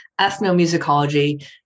ethnomusicology